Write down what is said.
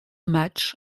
match